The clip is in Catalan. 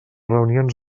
reunions